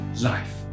life